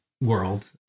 world